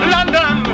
London